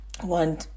One